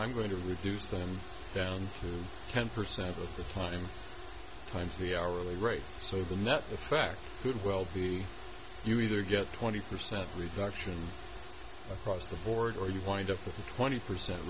i'm going to reduce them down to ten percent of the time times the hourly rate so the net effect could well be you either get twenty percent reductions across the board or you wind up with a twenty percent